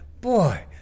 boy